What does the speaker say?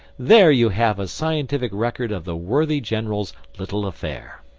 there you have a scientific record of the worthy general's little affair.